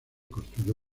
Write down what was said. construyó